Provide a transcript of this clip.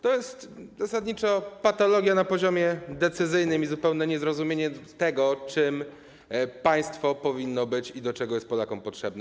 To jest zasadniczo patologia na poziomie decyzyjnym i zupełne niezrozumienie tego, czym państwo powinno być i do czego jest Polakom potrzebne.